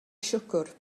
siwgr